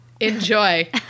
enjoy